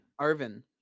Arvin